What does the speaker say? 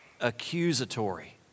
accusatory